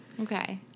Okay